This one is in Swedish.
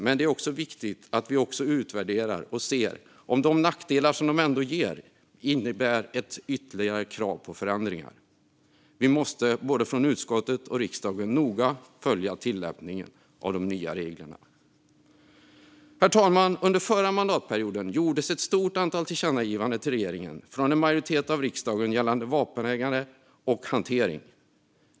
Men det är också viktigt att vi utvärderar och ser om de nackdelar som ändringarna ger innebär ett ytterligare krav på förändringar. Vi måste från både utskottets och riksdagens sida noga följa tillämpningen av de nya reglerna. Herr talman! Under förra mandatperioden gjordes ett stort antal tillkännagivanden till regeringen av en majoritet i riksdagen gällande vapenägande och hantering.